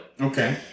Okay